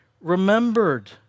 remembered